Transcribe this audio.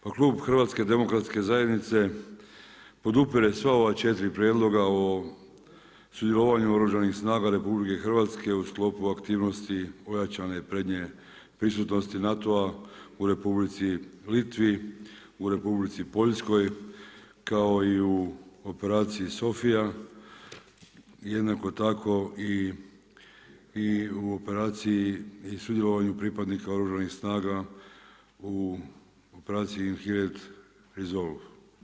Pa klub HDZ-a podupire sva ova četiri prijedloga o sudjelovanju Oružanih snaga RH u sklopu aktivnosti ojačane prednje prisutnosti NATO-a u Republici Litvi, u Republici Poljskoj kao i u operaciji SOPHIA, jednako tako i u operaciji i sudjelovanju pripadnika Oružanih snaga u operaciji INHEREND RESOLVE.